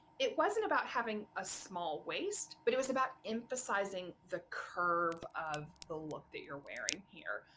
it wasn't about having a small waist but it was about emphasizing the curve of the look that you're wearing here.